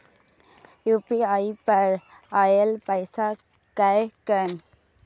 UPI पर आएल पैसा कै कैन?